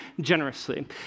generously